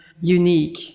unique